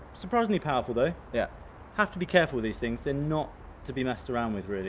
surprisingly powerful though. yeah have to be careful with these things. they're not to be messed around with,